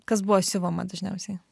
kas buvo siūloma dažniausiai